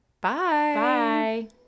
Bye